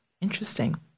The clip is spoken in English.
Interesting